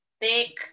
thick